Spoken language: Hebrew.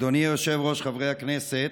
אדוני היושב-ראש, חברי הכנסת,